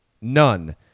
None